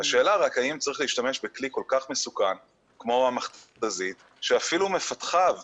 השאלה רק האם צריך להשתמש בכלי כל כך מסוכן כמו המכת"זית שאפילו חלק